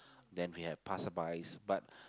then we have passer-bys but